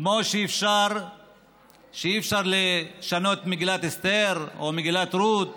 כמו שאי-אפשר לשנות את מגילת אסתר או מגילת רות,